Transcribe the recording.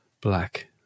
black